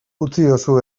utziozu